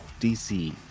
DC